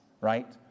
right